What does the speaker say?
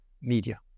media